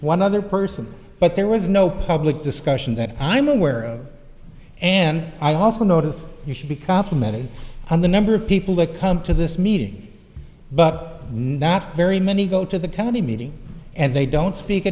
one other person but there was no public discussion that i'm aware of and i also notice you should be complimented on the number of people that come to this meeting but not very many go to the county meeting and they don't speak